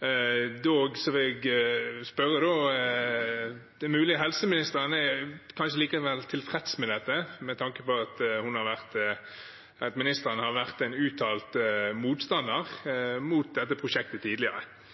Da vil jeg spørre – det er mulig helseministeren kanskje likevel er tilfreds med dette, med tanke på at hun har vært en uttalt motstander av dette prosjektet tidligere, til tross for at